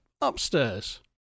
upstairs